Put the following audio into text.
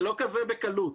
זה לא כזה בקלות.